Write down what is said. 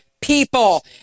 people